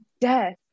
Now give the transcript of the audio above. death